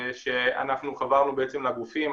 חברנו לגופים,